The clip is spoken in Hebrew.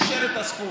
אישר את הסכום,